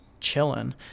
chilling